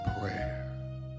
prayer